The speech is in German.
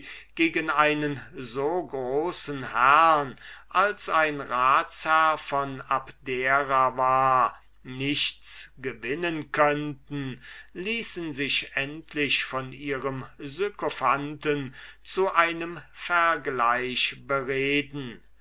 gegen einen so großen herrn als ein ratsherr von abdera war nichts gewinnen könnten ließen sich endlich von ihrem sykophanten zu einem vergleich bereden